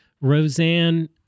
Roseanne